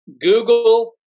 Google